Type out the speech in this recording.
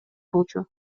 болчу